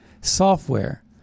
software